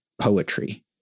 poetry